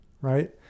right